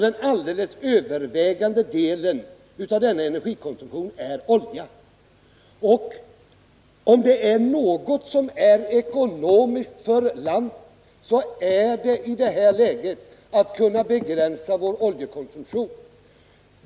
Den alldeles övervägande delen av denna energikonsumtion utgörs av olja. Och om det är något som är ekonomiskt för landet i det här läget, så är det att kunna begränsa vår oljekonsumtion.